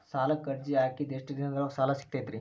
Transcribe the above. ಸಾಲಕ್ಕ ಅರ್ಜಿ ಹಾಕಿದ್ ಎಷ್ಟ ದಿನದೊಳಗ ಸಾಲ ಸಿಗತೈತ್ರಿ?